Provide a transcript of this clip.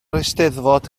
eisteddfod